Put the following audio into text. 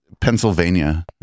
Pennsylvania